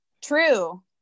True